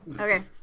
Okay